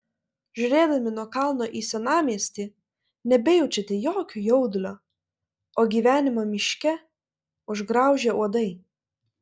žiūrėdami nuo kalno į senamiestį nebejaučiate jokio jaudulio o gyvenimą miške užgraužė uodai